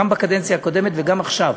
גם בקדנציה הקודמת וגם עכשיו.